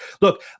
Look